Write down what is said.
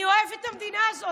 אני אוהבת את המדינה הזאת.